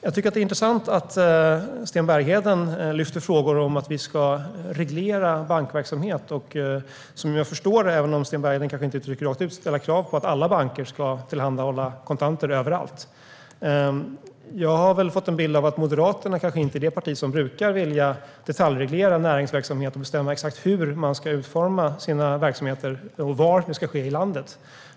Jag tycker att det är intressant att Sten Bergheden lyfter fram frågor om att reglera bankverksamhet och - som jag förstår det, även om Sten Bergheden kanske inte uttrycker det rakt ut - ställa krav på att alla banker ska tillhandahålla kontanter överallt. Jag har fått en bild av att Moderaterna inte är det parti som brukar vilja detaljreglera näringsverksamhet och bestämma exakt hur man ska utforma sina verksamheter och var i landet de ska ske.